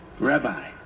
Rabbi